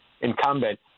incumbent